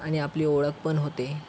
आणि आपली ओळखपण होते